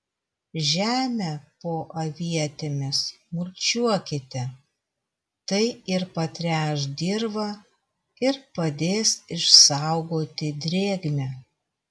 žemę po avietėmis mulčiuokite tai ir patręš dirvą ir padės išsaugoti drėgmę